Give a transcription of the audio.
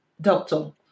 doctor